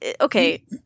okay